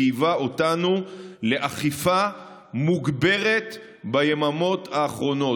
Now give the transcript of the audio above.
חייבה אותנו לאכיפה מוגברת ביממות האחרונות.